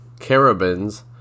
Carabins